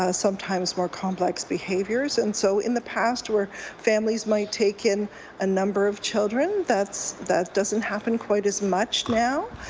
ah sometimes more complex behaviours. and so in the past, where families might take in a number of children, that doesn't happen quite as much now.